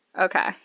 Okay